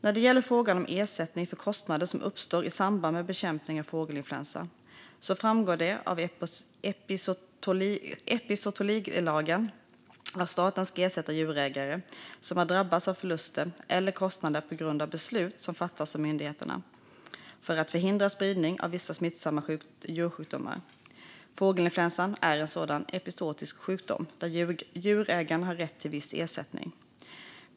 När det gäller frågan om ersättning för kostnader som uppstår i samband med bekämpning av fågelinfluensautbrott så framgår det av epizootilagen att staten ska ersätta djurägare som har drabbats av förluster eller kostnader på grund av beslut som fattats av myndigheter för att förhindra spridning av vissa smittsamma djursjukdomar. Fågelinfluensa är en sådan epizootisk sjukdom där djurägare har rätt till viss ersättning.